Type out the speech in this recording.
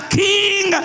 king